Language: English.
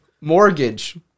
Mortgage